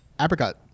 Apricot